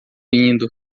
indo